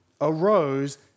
arose